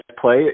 play